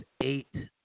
eight